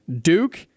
Duke